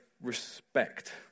respect